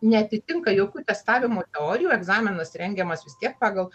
neatitinka jokių testavimo teorijų egzaminas rengiamas vis tiek pagal